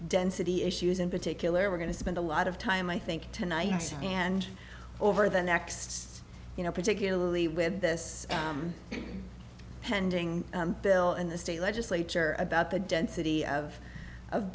density issues in particular we're going to spend a lot of time i think tonight and over the next you know particularly with this pending bill in the state legislature about the density of of